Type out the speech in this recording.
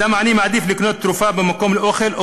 אדם עני מעדיף לקנות תרופה במקום אוכל,